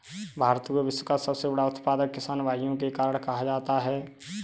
भारत को विश्व का सबसे बड़ा उत्पादक किसान भाइयों के कारण कहा जाता है